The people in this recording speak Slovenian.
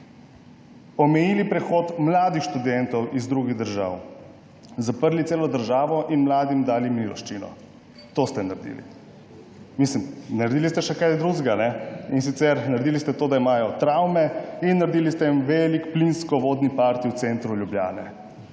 omejili prihod mladih študentov iz drugih držav, zaprli celo državo in mladim dali miloščino. To ste naredili. Naredili ste še kaj drugega, ne? Naredili ste to, da imajo travme, in naredili ste jim velik plinsko-vodni party v centru Ljubljane.